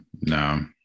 no